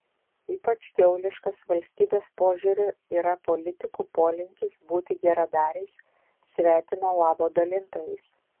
ypač kiauliškas valstybės požiūriu yra politikų polinkis būti geradariais svetimo labo dalintojais